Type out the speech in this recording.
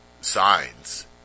signs